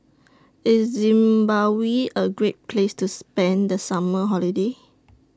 IS Zimbabwe A Great Place to spend The Summer Holiday